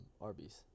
Arby's